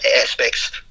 aspects